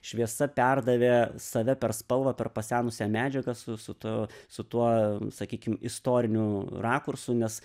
šviesa perdavė save per spalvą per pasenusią medžiagą su su tuo su tuo sakykim istoriniu rakursu nes